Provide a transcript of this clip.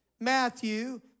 Matthew